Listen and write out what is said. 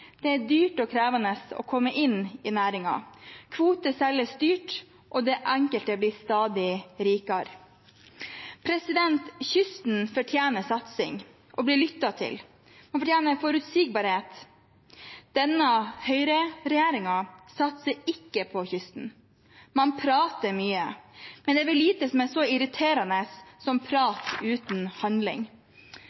Det er dyrt og krevende å komme inn i næringen. Kvoter selges dyrt, og de enkelte blir stadig rikere. Kysten fortjener satsing, å bli lyttet til. Den fortjener forutsigbarhet. Denne høyreregjeringen satser ikke på kysten. Man prater mye, men det er vel lite som er så irriterende som